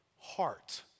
heart